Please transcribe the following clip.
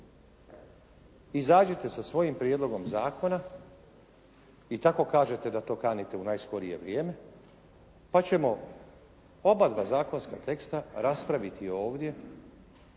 izađite sa svojim prijedlogom zakona. I tako kažete da to kanite u najskorije vrijeme pa ćemo obadva zakonska teksta raspraviti ovdje,